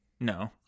No